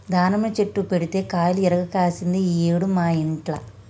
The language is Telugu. దానిమ్మ చెట్టు పెడితే కాయలు ఇరుగ కాశింది ఈ ఏడు మా ఇంట్ల